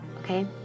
okay